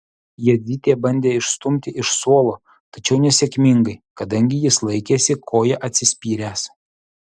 jadzytė bandė išstumti iš suolo tačiau nesėkmingai kadangi jis laikėsi koja atsispyręs